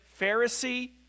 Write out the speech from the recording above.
Pharisee